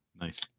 Nice